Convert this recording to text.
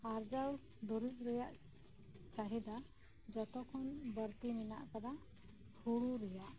ᱟᱨᱡᱟᱣ ᱫᱩᱨᱤᱵ ᱨᱮᱭᱟᱜ ᱪᱟᱦᱤᱫᱟ ᱡᱚᱛᱚᱠᱷᱚᱱ ᱵᱟᱹᱲᱛᱤ ᱢᱮᱱᱟᱜ ᱟᱠᱟᱫᱟ ᱦᱩᱲᱩ ᱨᱮᱭᱟᱜ